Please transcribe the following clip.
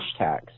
hashtags